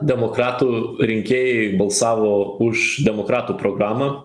demokratų rinkėjai balsavo už demokratų programą